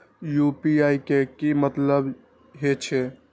UPI के की मतलब हे छे?